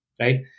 right